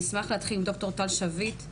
אשמח להתחיל עם ד"ר טל שביט,